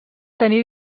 tenir